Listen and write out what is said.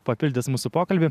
papildys mūsų pokalbį